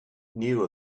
knew